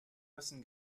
müssen